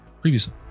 previously